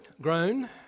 grown